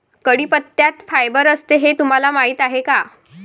कढीपत्त्यात फायबर असते हे तुम्हाला माहीत आहे का?